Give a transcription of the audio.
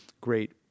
great